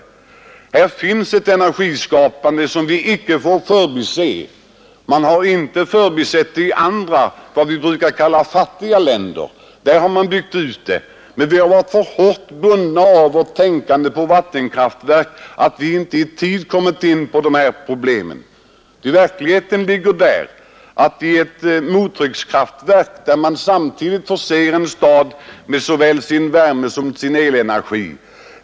Mottryckskraftverket innebär ett energiskapande, som vi inte får förbise. Man har inte förbisett det i andra, som vi brukar kalla fattiga, länder, Där har man byggt ut mottryckskraft verken. Men vi har varit så hårt bundna av vårt tänkande på vattenkraftverk, att vi inte i tid har beaktat dessa metoder. I verkligheten kan ett mottryckskraftverk samtidigt förse en stad med såväl dess värme som dess elenergi.